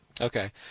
Okay